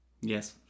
Yes